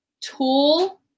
tool